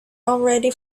already